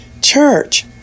church